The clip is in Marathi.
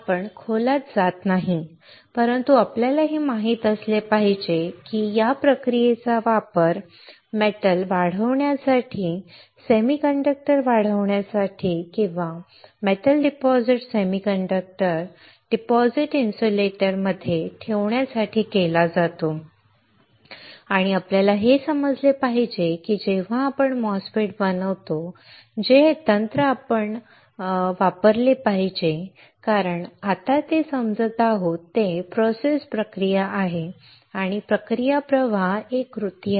आपण खोलात जात नाही परंतु आपल्याला हे माहित असले पाहिजे की या प्रक्रियेचा वापर मेटल वाढवण्यासाठी सेमीकंडक्टर वाढवण्यासाठी किंवा मेटल डिपॉझिट सेमीकंडक्टर डिपॉझिट इन्सुलेटरमध्ये ठेवण्यासाठी केला जातो आणि आपल्याला हे समजले पाहिजे की जेव्हा आपण एमओएसएफईटी बनवतो जे तंत्र आपण ते बरोबर वापरले पाहिजे कारण आपण आत्ता जे समजत आहोत ते प्रक्रिया प्रवाह आहे प्रक्रिया प्रवाह एक कृती आहे